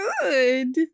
good